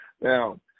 Now